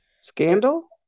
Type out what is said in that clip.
Scandal